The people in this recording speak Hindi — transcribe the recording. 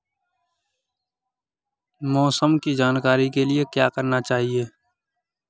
मौसम की जानकारी के लिए क्या करना चाहिए?